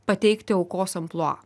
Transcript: pateikti aukos amplua